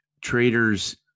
traders